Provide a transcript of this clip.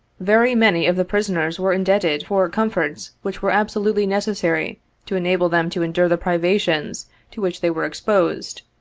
very many of the prisoners were indebted for comforts which were absolutely necessary to enable them to endure the privations to which they were exposed,